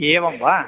एवं वा